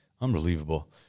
Unbelievable